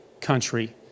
country